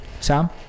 Sam